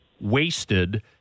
wasted